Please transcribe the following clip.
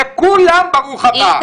לכולם ברוך הבא.